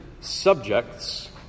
subjects